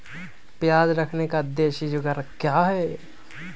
प्याज रखने का देसी जुगाड़ क्या है?